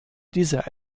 dieser